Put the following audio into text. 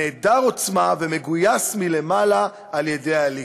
נעדר עוצמה ומגויס מלמעלה על-ידי האליטות.